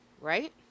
Right